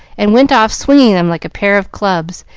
and went off swinging them like a pair of clubs,